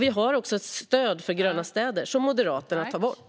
Vi har också ett stöd för gröna städer - som Moderaterna tar bort.